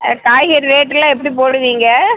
காய்கறி ரேட்டுல்லாம் எப்படி போடுவீங்க